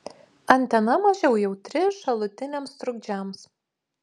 antena mažiau jautri šalutiniams trukdžiams